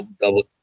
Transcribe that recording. double